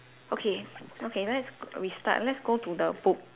okay okay let's restart let's go to the book